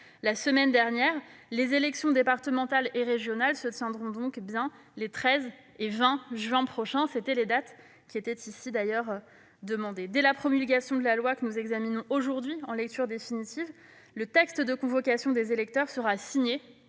la semaine dernière : les élections départementales et régionales se tiendront bien les 13 et 20 juin prochain. Ce sont les dates que le Sénat demandait. Dès la promulgation de la loi que nous examinons aujourd'hui en lecture définitive, le texte de convocation des électeurs sera signé